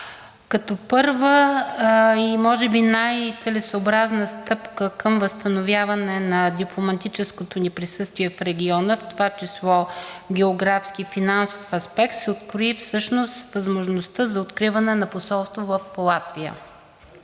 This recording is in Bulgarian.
Като първа и може би най-целесъобразна стъпка към възстановяване на дипломатическото ни присъствие в региона, в това число в географски и финансов аспект, се открои всъщност възможността за откриване на посолство в Латвия.